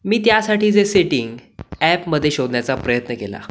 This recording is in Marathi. मी त्यासाठीचे सेटिंग अॅपमध्ये शोधण्याचा प्रयत्न केला